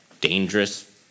dangerous